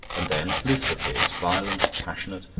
and then luther appears, violent, passionate,